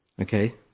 okay